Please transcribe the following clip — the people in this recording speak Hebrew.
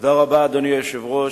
אדוני היושב-ראש,